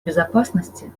безопасности